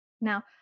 Now